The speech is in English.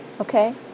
okay